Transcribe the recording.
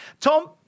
Tom